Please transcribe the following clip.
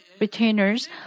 retainers